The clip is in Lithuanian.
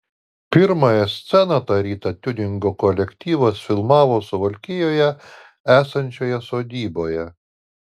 pirmąją sceną tą rytą tiuningo kolektyvas filmavo suvalkijoje esančioje sodyboje